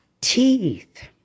teeth